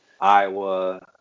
Iowa